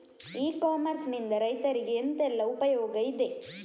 E commerce ನಿಂದ ರೈತರಿಗೆ ಎಂತೆಲ್ಲ ಉಪಯೋಗ ಇದೆ?